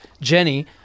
Jenny